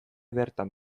bertan